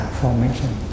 formation